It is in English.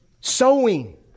Sowing